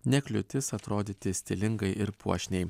ne kliūtis atrodyti stilingai ir puošniai